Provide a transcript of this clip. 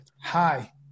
Hi